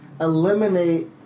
eliminate